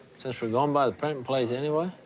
since we're going by the printing place anyway?